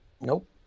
Nope